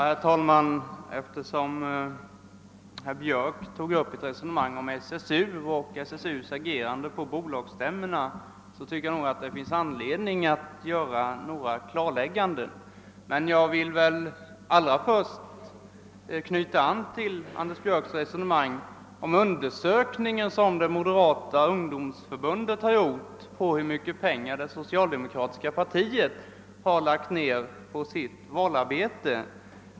Herr talman! Eftersom herr Björck i Nässjö tog upp ett resonemang om SSU:s agerande på bolagsstämmorna tycker jag det finns anledning att göra några klarlägganden. Men allra först vill jag anknyta till herr Björcks resonemang om den undersökning som Moderata ungdomsförbundet gjort om hur mycket pengar det socialdemokratiska partiet lagt ner på sitt valarbete.